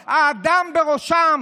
זכויות האדם בראשם,